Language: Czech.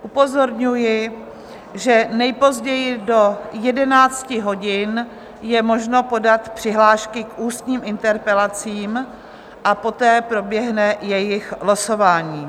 Upozorňuji, že nejpozději do 11 hodin je možno podat přihlášky k ústním interpelacím a poté proběhne jejich losování.